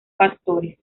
pastores